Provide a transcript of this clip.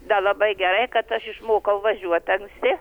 da labai gerai kad aš išmokau važiuot anksti